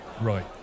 right